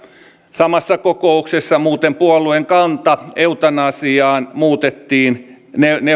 samassa kokouksessa muuten puolueen kanta eutanasiaan muutettiin